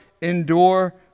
endure